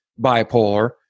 bipolar